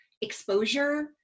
exposure